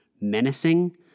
menacing